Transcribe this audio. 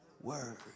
word